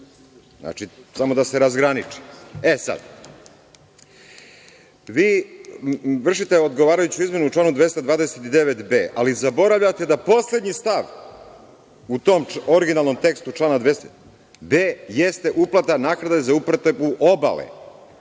Znači, samo da se razgraniči. Vi vršite odgovarajuću izmenu u članu 229b, ali zaboravljate poslednji stav u tom originalnom tekstu člana 229b, a to jeste uplata naknade za upotrebu obale,